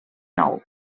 nou